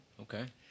okay